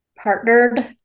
partnered